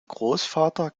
großvater